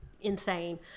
insane